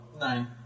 Nine